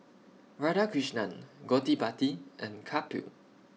Radhakrishnan Gottipati and Kapil